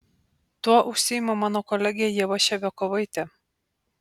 tuo užsiima mano kolegė ieva ševiakovaitė